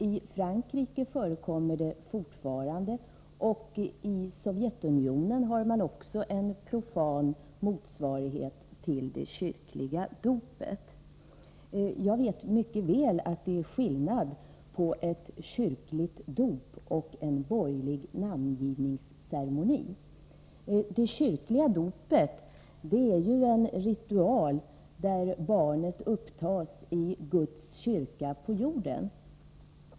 I Frankrike förekommer det fortfarande, och i Sovjetunionen har man också en profan 109 motsvarighet till det kyrkliga dopet. Jag vet mycket väl att det är skillnad mellan det kyrkliga dopet och en borgerlig namngivningsceremoni. Det kyrkliga dopet är en ritual där barnet upptas i Guds kyrka på jorden.